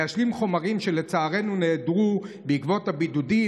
להשלים חומרים שלצערנו נעדרו בעקבות הבידודים,